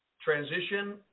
transition